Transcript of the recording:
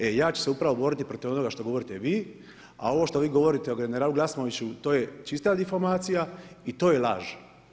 E ja ću se upravo boriti protiv onoga što govorite vi a ovo što vi govorite o generalu Glasnoviću, to je čista … i to je laž.